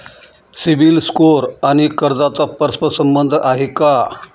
CIBIL score आणि कर्जाचा परस्पर संबंध आहे का?